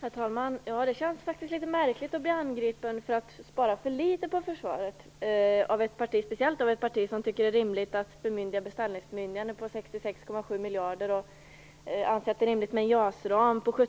Herr talman! Det känns faktiskt litet märkligt att bli angripen för att spara för litet på försvaret, speciellt av ett parti som tycker att det är rimligt att bemyndiga ett beställningsbemyndigande på 66,7 miljarder och anser att det är rimligt med en JAS-ram på